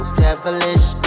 devilish